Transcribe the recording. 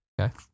Okay